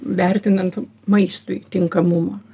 vertinant maistui tinkamumą